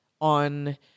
on